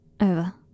over